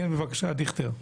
בבקשה, דיכטר.